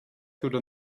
through